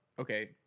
okay